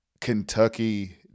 Kentucky